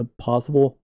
possible